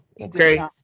okay